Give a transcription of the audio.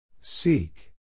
Seek